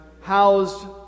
housed